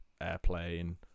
Airplane